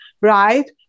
right